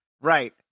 Right